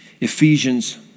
Ephesians